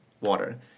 water